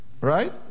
right